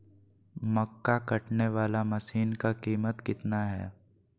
मक्का कटने बाला मसीन का कीमत कितना है?